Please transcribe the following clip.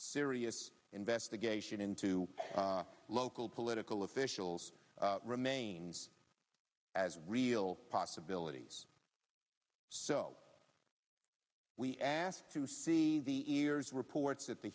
serious investigation into local political officials remains as real possibilities so we asked to see the ears reports at the